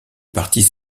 parties